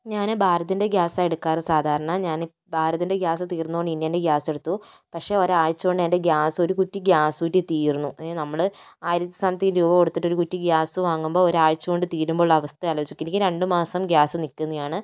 ഞാൻ ഭാരതിൻ്റെ ഗ്യാസാണ് എടുക്കാറ് സാധാരണ ഞാൻ ഭാരതിൻ്റെ ഗ്യാസു തീർന്നതു കൊണ്ട് ഇൻഡെയിനിൻ്റെ ഗ്യാസെടുത്തു പക്ഷേ ഒരാഴ്ചകൊണ്ട് എൻ്റെ ഗ്യാസ് ഒരു കുറ്റി ഗ്യാസ് കുറ്റി തീർന്നു നമ്മൾ ആയിരത്തി സംതിങ് രൂപ കൊടുത്തിട്ട് ഒരു കുറ്റി ഗ്യാസ് വാങ്ങുമ്പോൾ ഒരാഴ്ച കൊണ്ട് തീരുമ്പോൾ ഉള്ള അവസ്ഥ ആലോചിച്ചു നോക്ക് എനിക്ക് രണ്ട് മാസം ഗ്യാസ് നിൽക്കുന്നയാണ്